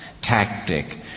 tactic